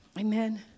Amen